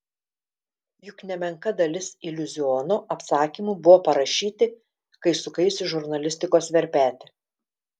juk nemenka dalis iliuziono apsakymų buvo parašyti kai sukaisi žurnalistikos verpete